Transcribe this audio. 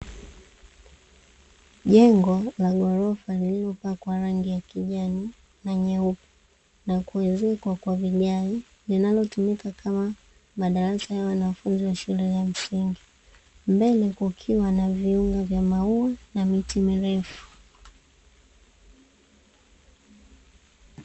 Jengo la ghorofa lililopakwa rangi ya kijani na nyeupe na kuezekwa kwa vigae, linalotumika kama madarasa ya wanafunzi wa shule ya msingi. Mbele kukiwa na viunga vya maua na miti mirefu.